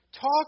Talk